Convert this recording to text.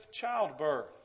childbirth